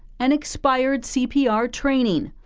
and expired c p r. training.